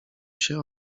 się